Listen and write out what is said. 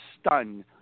stunned